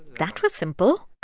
that was simple